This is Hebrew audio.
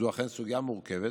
זו אכן סוגיה מורכבת,